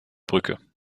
brücke